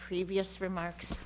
previous remarks